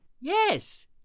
Yes